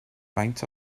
faint